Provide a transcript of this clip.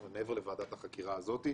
מעבר לוועדת החקירה הזאת,